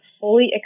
fully